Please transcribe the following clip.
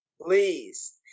Please